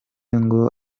ngo